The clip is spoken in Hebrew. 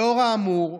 לאור האמור,